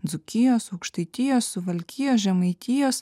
dzūkijos aukštaitijos suvalkijos žemaitijos